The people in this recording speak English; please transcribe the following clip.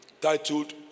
titled